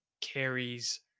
carries